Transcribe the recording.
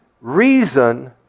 reason